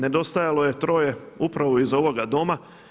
Nedostajalo je troje upravo iz ovoga Doma.